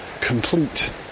complete